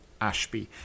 Ashby